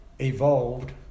evolved